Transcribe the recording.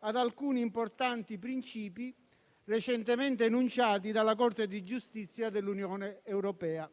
ad alcuni importanti principi recentemente enunciati dalla Corte di giustizia dell'Unione europea.